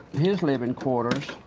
his living quarters